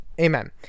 Amen